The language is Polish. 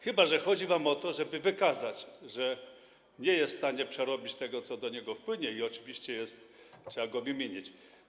Chyba że chodzi wam o to, żeby wykazać, że nie jest w stanie przerobić tego, co do niego wpłynie, i oczywiście trzeba go wymienić.